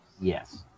Yes